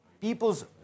People's